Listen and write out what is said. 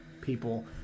people